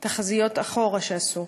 תחזיות לאחור עשו,